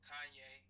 Kanye